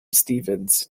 stephens